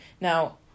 Now